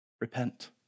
Repent